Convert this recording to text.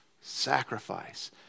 Sacrifice